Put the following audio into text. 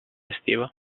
estiva